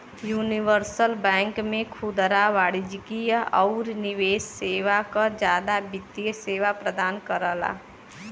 universal bank में खुदरा वाणिज्यिक आउर निवेश सेवा क जादा वित्तीय सेवा प्रदान करला